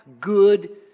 good